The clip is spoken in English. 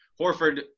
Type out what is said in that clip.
Horford